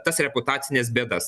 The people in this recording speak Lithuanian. tas reputacines bėdas